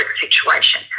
situation